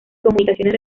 comunicaciones